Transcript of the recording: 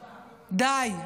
די.